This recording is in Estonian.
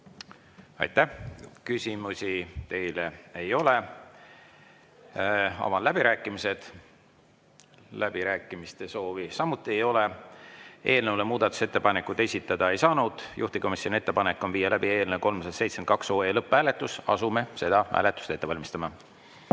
Aitäh! Küsimusi teile ei ole. Avan läbirääkimised. Läbirääkimiste soovi samuti ei ole. Eelnõu kohta muudatusettepanekuid esitada ei saanud. Juhtivkomisjoni ettepanek on viia läbi eelnõu 372 lõpphääletus. Asume seda hääletust ette valmistama.